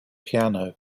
piano